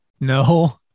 No